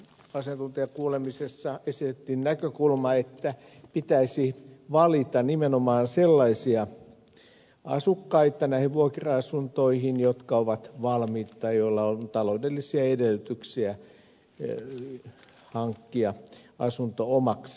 asiantuntijakuulemisessa esitettiin näkökulma että pitäisi valita näihin vuokra asuntoihin nimenomaan sellaisia asukkaita jotka ovat valmiit hankkimaan asunnon omaksi tai joilla on taloudellisia edellytyksiä siihen